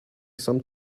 some